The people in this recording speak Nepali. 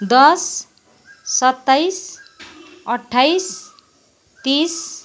दस सत्ताइस अठ्ठाइस तिस